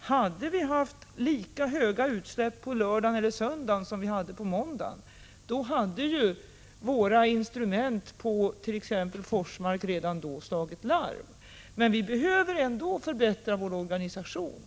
Hade det förekommit lika höga utsläpp på lördagen eller söndagen som på måndagen hade våra instrument it.ex. Forsmark redan då slagit larm. Men vi behöver ändå förbättra vår organisation.